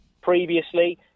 previously